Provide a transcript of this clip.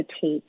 take